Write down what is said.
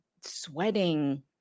sweating